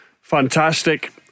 fantastic